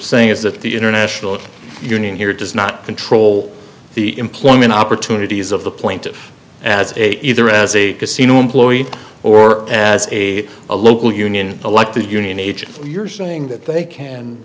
saying is that the international union here does not control the employment opportunities of the plaintiff as a either as a casino employee or as a a local union elected union agent you're saying that they can